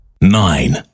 nine